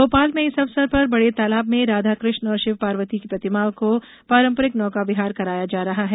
भोपाल में इस अवसर पर बड़े तालाब में राधा कृष्ण और शिव पार्वती की प्रतिमाओं को पारंपरिक नौका विहार कराया जा रहा है